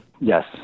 Yes